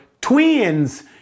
twins